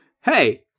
hey—